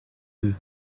deux